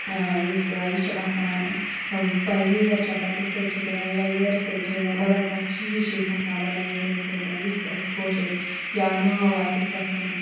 یُس یہِ چھُ آسان یِیر چھِ آسان تَمہِ سۭتۍ چھِ أسۍ ہٮ۪کان یا ییر سۭتۍ چھِ أسۍ ہٮ۪کان بدل کانٛہہ چیٖز چھِ أسۍ ہٮ۪کان بَنٲیِتھ تَمہِ سۭتۍ یُس تہِ اَسہِ خۄش اَکہِ یا ناو آسہِ اَسہِ لیٚکھُن